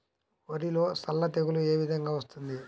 వరిలో సల్ల తెగులు ఏ విధంగా వస్తుంది?